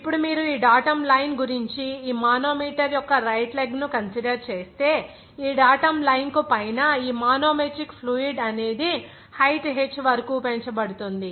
ఇప్పుడు మీరు ఈ డాటమ్ లైన్ గురించి ఈ మానోమీటర్ యొక్క రైట్ లెగ్ ను కన్సిడర్ చేస్తే ఈ డాటమ్ లైన్ కు పైన ఈ మానోమెట్రిక్ ఫ్లూయిడ్ అనేది హైట్ h వరకు పెంచబడుతుంది